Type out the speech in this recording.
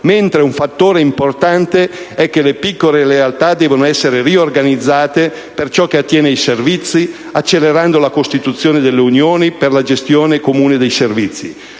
mentre un fattore importante è che le piccole realtà devono essere riorganizzate per ciò che attiene ai servizi, accelerando la costituzione delle unioni, per la gestione comune dei servizi.